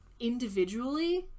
individually